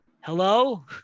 hello